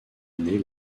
année